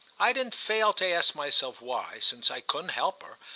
i didn't fail to ask myself why, since i couldn't help her,